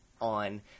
on